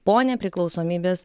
po nepriklausomybės